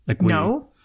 No